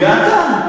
הגעת?